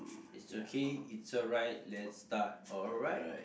it's okay it's alright let's start alright